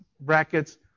brackets